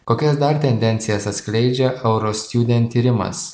kokias dar tendencijas atskleidžia euro student tyrimas